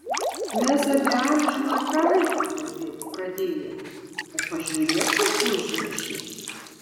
mes apie amžiną kaifą kalbėti pradėjome o pažiūrėk kur užnešė